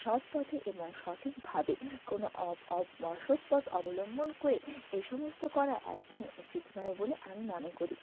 সৎ পথে এবং সঠিকভাবে কোনো অসৎ পথ অবলম্বন করে এসমস্ত করা একদমই উচিত নয় বলে আমি মনে করি